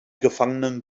gefangenen